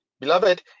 Beloved